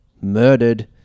Murdered